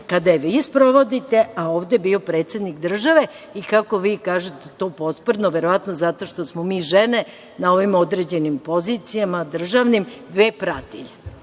kada je vi sprovodite, a ovde je bio predsednik države i, kako vi kažete to posprdno, verovatno zato što smo mi žene na ovim određenim državnim pozicijama dve pratilje.